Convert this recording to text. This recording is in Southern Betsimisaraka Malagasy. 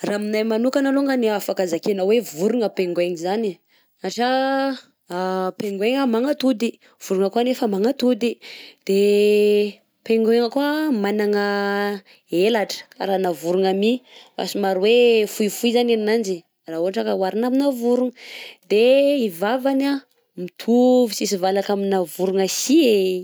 Raha aminay manokana alongany afaka zakena hoe vorogna pingouin zany satria pingouin magnatody vorogna koà nefa magnatody, de pingouin koà managna elatra karana vorogna mi fa somary hoe foifoy zany aninanjy raha ohatra ka oharina amina vorogna, de i vavany an mitovy tsisy valaka amina vorogna sy e.